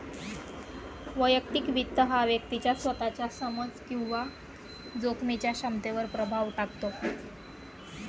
वैयक्तिक वित्त हा व्यक्तीच्या स्वतःच्या समज आणि जोखमीच्या क्षमतेवर प्रभाव टाकतो